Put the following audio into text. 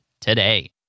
today